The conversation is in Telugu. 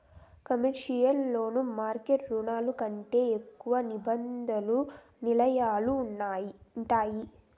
కమర్షియల్ లోన్లు మార్కెట్ రుణాల కంటే ఎక్కువ నిబంధనలు నియమాలు ఉంటాయి